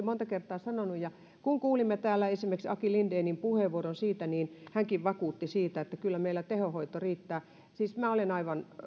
monta kertaa sanonut ja kun kuulimme täällä esimerkiksi aki lindenin puheenvuoron siitä niin hänkin vakuutti sitä että kyllä meillä tehohoito riittää siis minä olen aivan